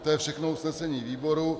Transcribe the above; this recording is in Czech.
To je všechno usnesení výboru.